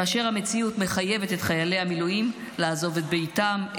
כאשר המציאות מחייבת את חיילי המילואים לעזוב את ביתם,